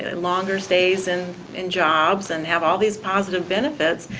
longer stays and in jobs, and have all these positive benefits,